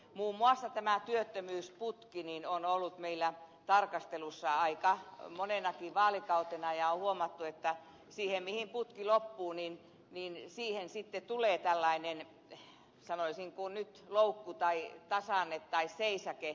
muun muassa tämä työttömyysputki on ollut meillä tarkastelussa aika monenakin vaalikautena ja on huomattu että siihen mihin putki loppuu sitten tulee tällainen sanoisinko loukku tai tasanne tai seisake